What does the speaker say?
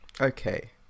Okay